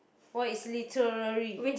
what is literary